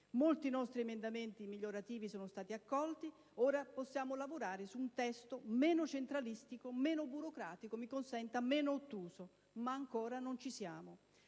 Molti nostri emendamenti migliorativi sono stati accolti e ora possiamo lavorare su un testo meno centralistico, meno burocratico e, mi consenta, meno ottuso. Ma ancora non ci siamo.